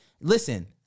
Listen